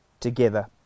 together